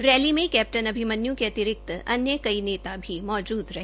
rally में captain Abhimanyu के अतिरिक्त अन्य नेता भी मौजूद रहे